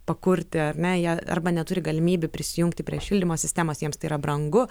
pakurti ar ne jie arba neturi galimybių prisijungti prie šildymo sistemos jiems tai yra brangu